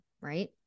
right